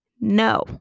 no